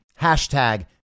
hashtag